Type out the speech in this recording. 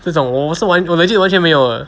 这种我是完全我 legit 完全没有的